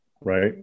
Right